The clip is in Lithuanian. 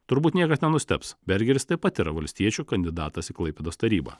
turbūt niekas nenustebs bergeris taip pat yra valstiečių kandidatas į klaipėdos tarybą